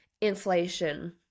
inflation